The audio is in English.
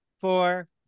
four